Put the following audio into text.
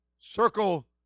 circle